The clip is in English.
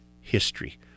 history